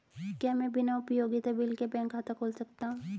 क्या मैं बिना उपयोगिता बिल के बैंक खाता खोल सकता हूँ?